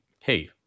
hey